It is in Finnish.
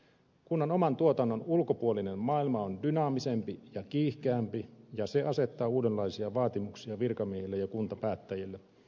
kunnan oman tuotannon ulkopuolinen maailma on dynaamisempi ja kiihkeämpi ja se asettaa uudenlaisia vaatimuksia virkamiehille ja kuntapäättäjille